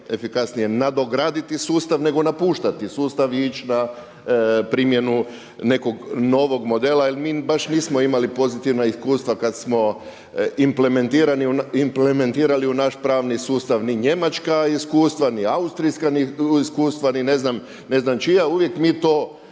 nadograditi sustav nego napuštati sustav i ići na primjenu nekog novog modela jer mi baš nismo imali pozitivna iskustva kada smo implementirali u naš pravni sustav, ni njemačka iskustva, ni austrijska iskustva ni ne znam čija, uvijek mi to